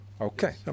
Okay